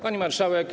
Pani Marszałek!